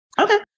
Okay